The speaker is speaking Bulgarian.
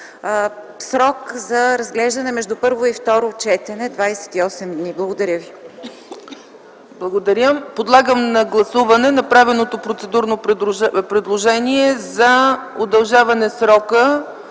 срок за разглеждане между първо и второ четене – 28 дни. Това е